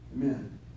Amen